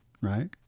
right